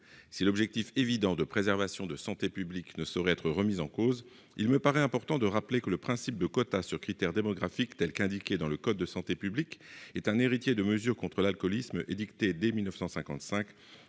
L'objectif évident de préservation de la santé publique ne saurait être remis en cause, mais il me paraît important de rappeler que le principe de quotas fondés sur des critères démographiques, comme l'indique le code de la santé publique, est un héritage de mesures contre l'alcoolisme édictées dès 1955